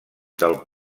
del